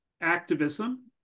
activism